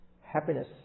happiness